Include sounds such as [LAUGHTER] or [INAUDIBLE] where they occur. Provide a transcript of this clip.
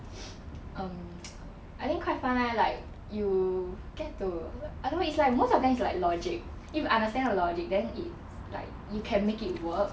[BREATH] um I think quite fun leh like you get to I don't know it's like most of them it's like logic if you understand the logic then it's like you can make it work